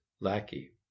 lackey